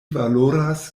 valoras